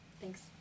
Thanks